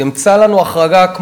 תמצא החרגה.